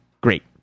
great